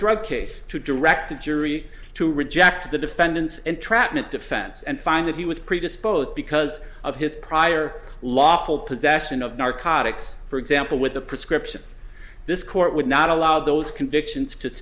drug case to direct the jury to reject the defendant's and trahant defense and find that he was predisposed because of his prior lawful possession of narcotics for example with the prescription this court would not allow those convictions